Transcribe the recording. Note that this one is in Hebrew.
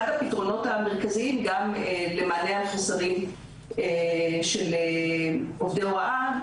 הפתרונות המרכזיים גם למענה על חוסרים של עובדי הוראה,